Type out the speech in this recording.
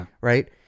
right